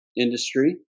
industry